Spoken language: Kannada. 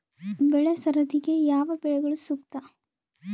ಬೆಳೆ ಸರದಿಗೆ ಯಾವ ಬೆಳೆಗಳು ಸೂಕ್ತ?